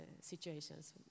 situations